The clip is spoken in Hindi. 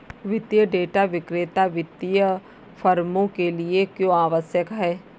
वित्तीय डेटा विक्रेता वित्तीय फर्मों के लिए क्यों आवश्यक है?